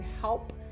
help